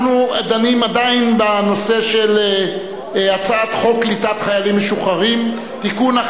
אנחנו דנים עדיין בנושא של הצעת חוק קליטת חיילים משוחררים (תיקון,